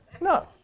No